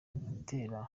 atera